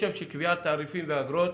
שקביעת תעריפים ואגרות